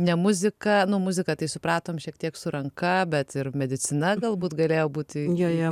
ne muzika nu muzika tai supratom šiek tiek su ranka bet ir medicina galbūt galėjo būti joje